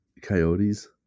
coyotes